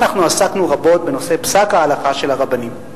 אנחנו עסקנו רבות בנושא פסק ההלכה של הרבנים.